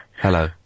Hello